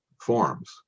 forms